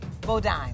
Bodine